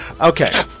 okay